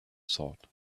thought